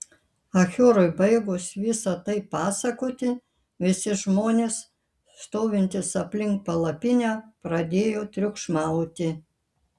achiorui baigus visa tai pasakoti visi žmonės stovintys aplink palapinę pradėjo triukšmauti